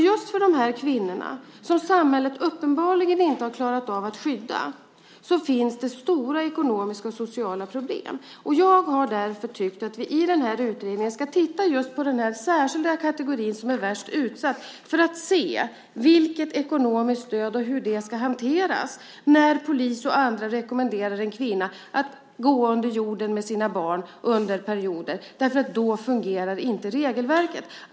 Just för dessa kvinnor, som samhället uppenbarligen inte har klarat av att skydda, finns det stora ekonomiska och sociala problem. Jag har därför tyckt att vi i utredningen ska titta just på den särskilda kategori som är värst utsatt för att se vilket ekonomiskt stöd som krävs och hur situationen ska hanteras när polis och andra rekommenderar en kvinna att under perioder gå under jord med sina barn. Nu fungerar inte regelverket.